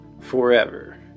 forever